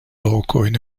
lokojn